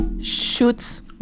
shoots